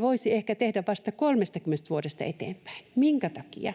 voisi ehkä tehdä vasta 30 vuodesta eteenpäin. Minkä takia?